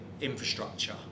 infrastructure